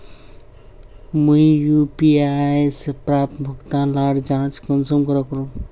मुई यु.पी.आई से प्राप्त भुगतान लार जाँच कुंसम करे करूम?